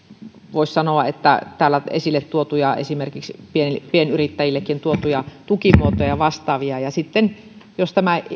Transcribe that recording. voisi sanoa esimerkiksi täällä esille tuotuja pienyrittäjillekin tuotuja tukimuotoja ja vastaavia niin jos tämä